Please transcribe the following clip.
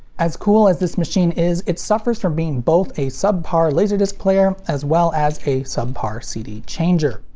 as cool as this machine is, it suffers from being both a sub-par laserdisc player as well as a sub-par cd changer.